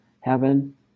heaven